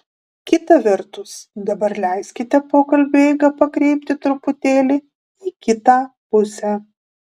kita vertus dabar leiskite pokalbio eigą pakreipti truputėlį į kitą pusę